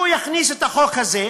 הוא יכניס את החוק הזה,